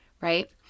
right